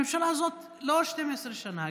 הממשלה הזאת לא 12 שנה,